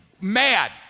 mad